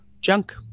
junk